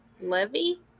Levy